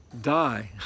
die